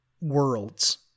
worlds